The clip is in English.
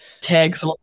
tags